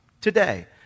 today